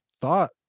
thought